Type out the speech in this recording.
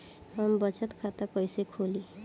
हम बचत खाता कइसे खोलीं?